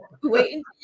Wait